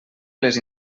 les